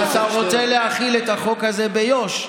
אבל אתה רוצה להחיל את החוק הזה ביו"ש,